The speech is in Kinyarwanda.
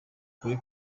kuri